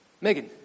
Megan